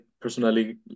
personally